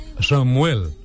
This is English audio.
Samuel